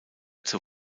zur